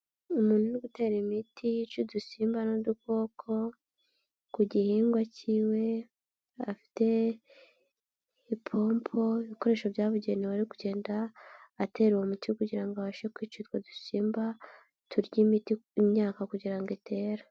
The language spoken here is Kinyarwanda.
Umuntu uri gutera imiti yica udusimba n'udukoko ku gihingwa cy'iwe, afite ipompo, ibikoresho byabugenewe ari kugenda atera uwo umuti kugira ngo abashe kwica utwo dusimba turya imiti imyaka kugira ngo itera.